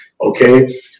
Okay